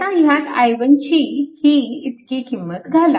आता ह्यात i1 ची ही इतकी किंमत घाला